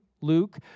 Luke